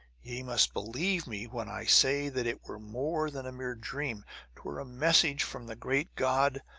ye must believe me when i say that it were more than a mere dream twere a message from the great god,